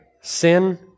sin